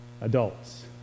adults